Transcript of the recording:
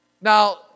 Now